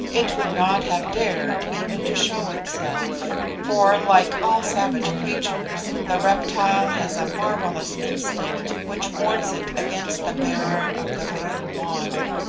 it would not have dared even to show itself for, like all savage creatures, the reptile has a marvellous instinct, which warns it against the bearer of the vril wand.